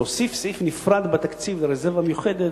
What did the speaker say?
להוסיף סעיף נפרד בתקציב לרזרבה מיוחדת,